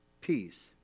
Peace